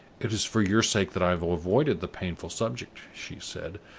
it is for your sake that i have avoided the painful subject, she said,